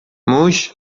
موش